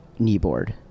kneeboard